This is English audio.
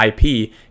IP